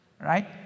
Right